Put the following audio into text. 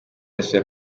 yasuye